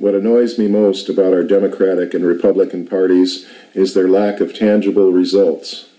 what annoys me most about our democratic and republican parties is their lack of tangible results